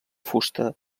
fusta